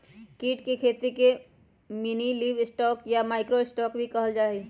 कीट के खेती के मिनीलिवस्टॉक या माइक्रो स्टॉक भी कहल जाहई